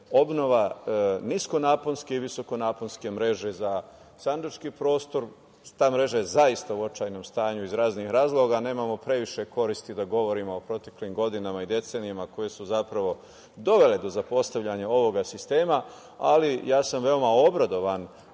obnova niskonaponske i visokonaponske mreže za sandžački prostor. Ta mreža je zaista u očajnom stanju iz raznih razloga. Nemamo previše koristi da govorimo o proteklim godinama i decenijama koje su zapravo dovele do zapostavljanja ovog sistema, ali ja sam veoma obradovan